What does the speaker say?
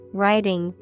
writing